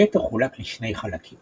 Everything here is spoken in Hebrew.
הגטו חולק לשני חלקים